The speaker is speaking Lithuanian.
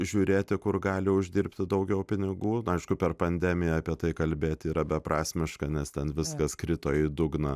žiūrėti kur gali uždirbti daugiau pinigų na aišku per pandemiją apie tai kalbėti yra beprasmiška nes ten viskas krito į dugną